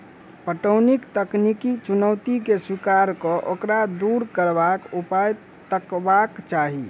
पटौनीक तकनीकी चुनौती के स्वीकार क ओकरा दूर करबाक उपाय तकबाक चाही